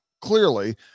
clearly